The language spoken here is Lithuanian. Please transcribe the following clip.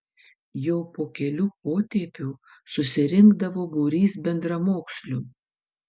jau po kelių potėpių susirinkdavo būrys bendramokslių